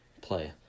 play